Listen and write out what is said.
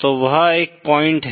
तो वह एक पॉइंट है